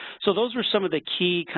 so, those are some of the key, kind